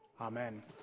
Amen